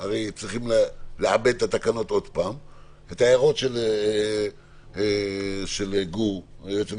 את ההערות של גור, היועץ המשפטי.